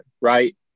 right